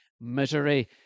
misery